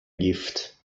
gift